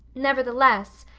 nevertheless,